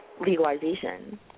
legalization